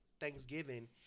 Thanksgiving